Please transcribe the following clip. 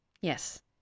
Yes